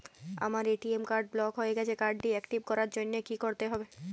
আমার ATM card block হয়ে গেছে কার্ড টি একটিভ করার জন্যে কি করতে হবে?